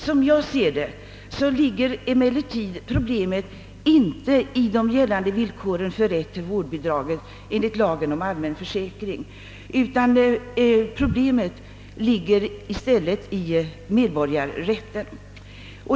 Som jag ser saken ligger emellertid problemet inte i de gällande villkoren för rätt till vårdbidrag enligt lagen om allmän försäkring, utan det ligger i stället i medborgarrätten.